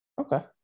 Okay